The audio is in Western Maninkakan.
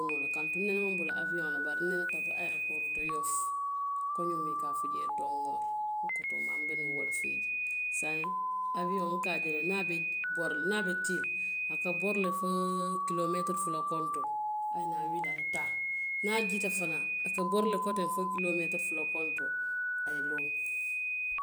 kaatuŋ n nene maŋ bula awiyoŋo la bari n nene tarata aayarapooroo to le yofu kooñoo muŋ i ka a fo dooŋoor n kotoomaa n tarata wo le feejee saayiŋ awiyoŋo niŋ a be bori la niŋ a be tii la, a ka bori la fo kiloo meetari fula kontoo, a ye naa wuli a ye taa, niŋ a jiita fanaŋ a ka bori le koteŋ fo killoo meetari fula kontoo a ye loo.